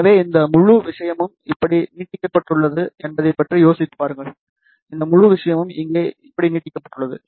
எனவே இந்த முழு விஷயமும் இப்படி நீட்டிக்கப்பட்டுள்ளது என்பதைப் பற்றி யோசித்துப் பாருங்கள் இந்த முழு விஷயமும் இங்கே இப்படி நீட்டிக்கப்பட்டுள்ளது